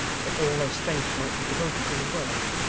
that all their strength might be devoted to the work